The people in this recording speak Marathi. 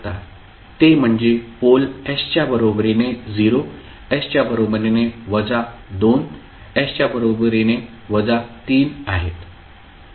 ते म्हणजे पोल s च्या बरोबरीने 0 s च्या बरोबरीने वजा 2 s च्या बरोबरीने वजा 3 आहेत